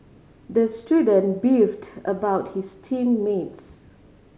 the student beefed about his team mates